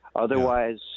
Otherwise